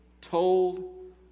told